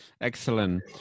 excellent